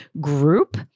group